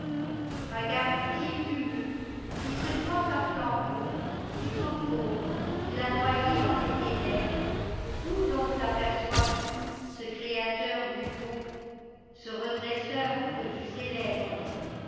un gazetier fumeux qui se croit un flambeau dit au pauvre qu'il a noyé dans les ténèbres où donc taperçois tu ce créateur du beau ce redresseur que tu célèbres